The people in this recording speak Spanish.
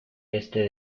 este